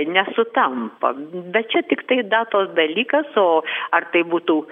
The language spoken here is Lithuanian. nesutampa bet čia tiktai datos dalykas o ar tai būtų